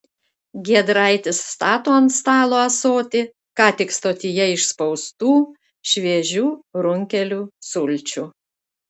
giedraitis stato ant stalo ąsotį ką tik stotyje išspaustų šviežių runkelių sulčių